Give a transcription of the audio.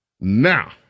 Now